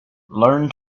learn